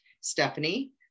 Stephanie